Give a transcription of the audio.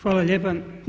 Hvala lijepa.